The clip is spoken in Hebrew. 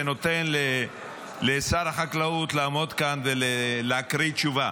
ונותן לשר החקלאות לעמוד כאן ולקרוא תשובה.